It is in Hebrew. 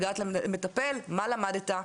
הגעת למטפל, מה למדת?